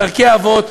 בדרכי אבות,